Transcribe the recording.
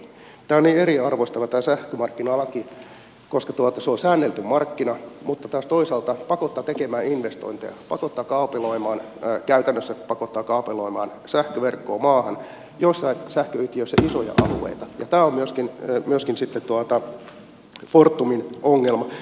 tämä on niin eriarvoistava tämä sähkömarkkinalaki koska se on säännelty markkina mutta taas toisaalta pakottaa tekemään investointeja pakottaa kaapeloimaan käytännössä pakottaa kaapeloimaan sähköverkkoa maahan joissain sähköyhtiöissä isoja alueita ja tämä on myöskin fortumin ongelma